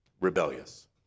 rebellious